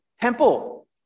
temple